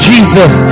Jesus